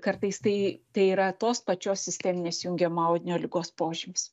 kartais tai tai yra tos pačios sisteminės jungiamo audinio ligos požymis